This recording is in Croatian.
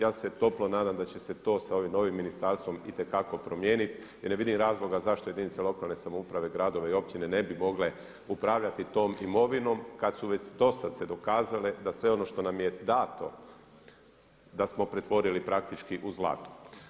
Ja se toplo nadam da će se to sa ovim novim ministarstvom itekako primijenit i ne vidim razloga zašto jedinice lokalne samouprave, gradove i općine ne bi mogle upravljati tom imovinom kad su već dosad se dokazale da sve ono što nam je dato da smo pretvorili praktički u zlato.